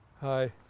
Hi